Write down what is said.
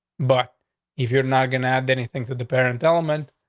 but if you're not gonna have anything to the parent element,